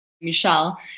Michelle